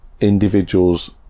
individuals